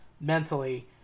mentally